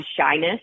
shyness